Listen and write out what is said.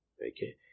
Okay